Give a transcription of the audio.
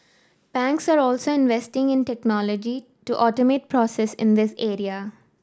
banks are also investing in technology to automate processes in this area